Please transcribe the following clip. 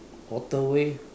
waterway